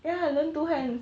ya I learn two hands